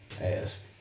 ask